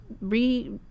re